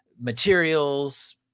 materials